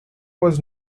was